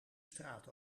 straat